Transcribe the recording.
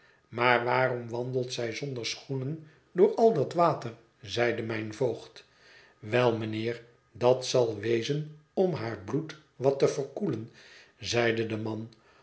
maar waarom wandelt zij zonder schoenen door al dat water zeide mijn voogd wel mijnheer dat zal wezen om haar bloed wat te verkoelen zeide de man